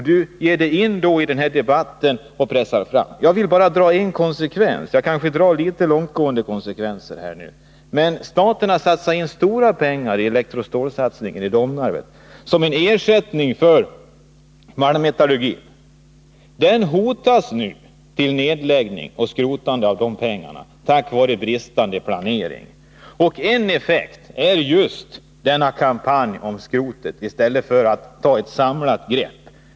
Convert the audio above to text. Jag vill bara dra en slutsats av detta — jag kanske nu ser litet långtgående konsekvenser: staten har lagt ned stora pengar på elektrostålssatsningen i Domnarvet, som är en ersättning för malmmetallurgin. Den satsningen hotas nu på grund av bristande planering. Man riskerar nedläggning, och därmed är de pengarna bortkastade. En anledning är att man bedrivit denna kampanj om skrotet i stället för att ta ett samlat grepp.